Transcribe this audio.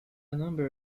number